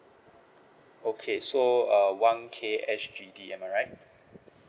okay so uh one K S_G_D am I right